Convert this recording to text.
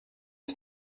het